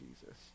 Jesus